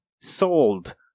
sold